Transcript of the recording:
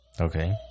Okay